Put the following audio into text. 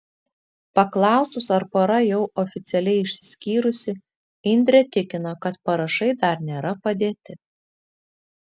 paklausus ar pora jau oficialiai išsiskyrusi indrė tikino kad parašai dar nėra padėti